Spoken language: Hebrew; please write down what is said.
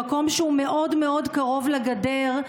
במקום שהוא מאוד מאוד קרוב לגדר,